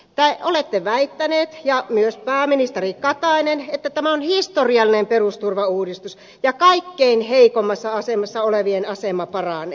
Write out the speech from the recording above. te olette väittäneet ja myös pääministeri katainen että tämä on historiallinen perusturvauudistus ja kaikkein heikoimmassa asemassa olevien asema paranee